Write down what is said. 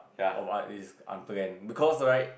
of art is after that because right